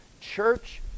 church